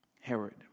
Herod